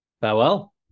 Farewell